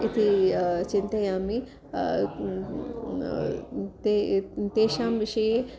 इति चिन्तयामि ते तेषां विषये